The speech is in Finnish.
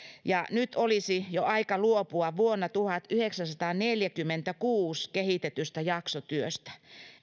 ja nyt olisi jo aika luopua vuonna tuhatyhdeksänsataaneljäkymmentäkuusi kehitetystä jaksotyöstä